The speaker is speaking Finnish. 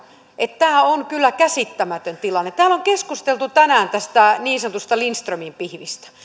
että tämä on kyllä käsittämätön tilanne täällä on keskusteltu tänään tästä niin sanotusta lindströmin pihvistä